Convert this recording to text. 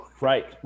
Right